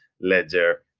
ledger